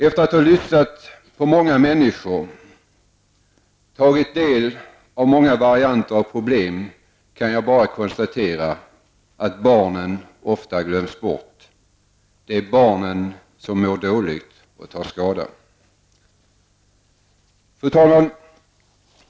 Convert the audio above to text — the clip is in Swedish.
Efter att ha lyssnat på många människor och tagit del av många varianter av problem kan jag bara konstatera att barnen ofta glöms bort. Det är barnen som mår dåligt och tar skada. Fru talman!